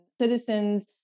citizens